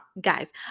guys